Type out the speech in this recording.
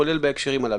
כולל בהקשרים הללו.